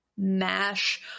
mash